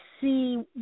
see